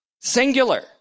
Singular